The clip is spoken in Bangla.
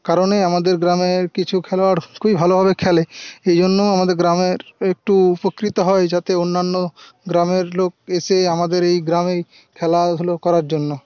কারণে আমাদের গ্রামের কিছু খেলোয়াড় খুবই ভালোভাবে খেলে এইজন্য আমাদের গ্রামের একটু উপকৃত হয় যাতে অন্যান্য গ্রামের লোক এসে আমাদের এই গ্রামে খেলাধুলা করার জন্য